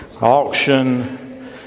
auction